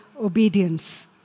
obedience